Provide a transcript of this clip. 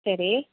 ശരി